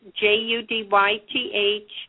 J-U-D-Y-T-H